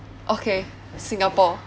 okay singapore